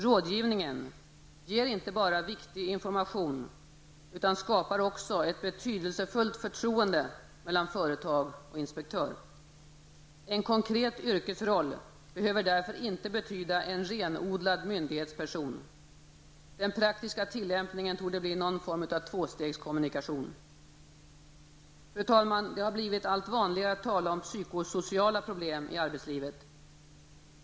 Rådgivningen ger inte bara viktig information utan skapar också ett betydelsefullt förtroende mellan företag och inspektör. En konkret yrkesroll behöver därför inte betyda en renodlad myndighetsperson. Den praktiska tillämpningen torde bli någon form av tvåstegskommunikation. Fru talman! Det har blivit allt vanligare att tala om psykosociala problem.